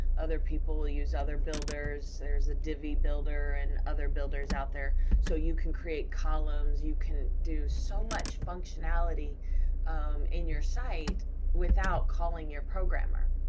other people will use other builders, there's a divi builder and other builders out there, so you can create columns, you can do so much functionality in your site without calling your programmer.